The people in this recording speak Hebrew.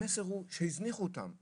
אנחנו מדברים על ענפים שהזניחו אותם.